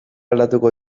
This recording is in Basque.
aldatuko